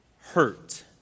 hurt